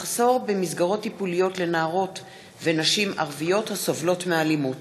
מחסור במסגרות טיפוליות לנערות ונשים ערביות הסובלות מאלימות.